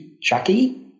Chucky